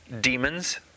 demons